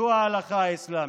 זו ההלכה האסלאמית.